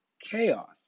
chaos